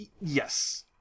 Yes